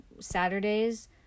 Saturdays